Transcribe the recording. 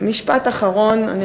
משפט אחרון.